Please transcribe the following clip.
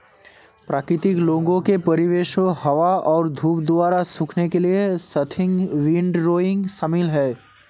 प्राकृतिक लोगों के परिवेशी हवा और धूप द्वारा सूखने के लिए स्वाथिंग विंडरोइंग शामिल है